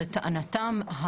לטענתם,